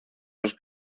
los